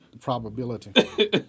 Probability